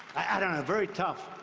i don't know, very tough.